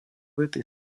этой